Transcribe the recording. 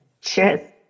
Cheers